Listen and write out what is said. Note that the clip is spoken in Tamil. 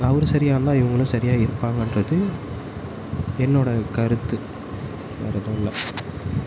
அவர் சரியாக இருந்தால் இவங்களும் சரியாக இருப்பாங்கன்றது என்னோடய கருத்து வேறு எதுவும் இல்லை